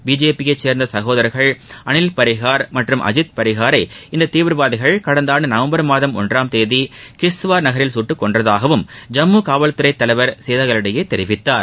பிஜேபியைச் சேர்ந்த சகோதர்கள் அனில்பரிகார் மற்றும் அஜித் பரிகாரை இந்த தீவிரவாதிகள் கடந்த ஆண்டு நவம்பர் மாதம் ஒன்றாம் தேதி கிஷ்ட்வார் நகரில் சுட்டுக்கொண்றதாகவும் ஜம்மு காவல் துறை தலைவர் செய்தியாளர்களிடம் தெரிவித்தார்